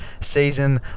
season